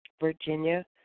Virginia